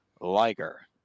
Liger